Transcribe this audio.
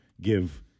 give